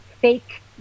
fake